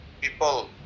people